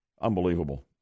unbelievable